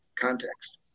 context